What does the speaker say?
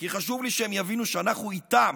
כי חשוב לי שהם יבינו שאנחנו איתם,